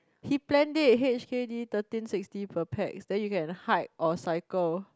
he planned it h_k_d thirteen sixty per pack then you can hike or cycle